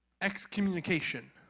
excommunication